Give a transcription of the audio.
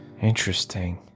Interesting